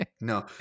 No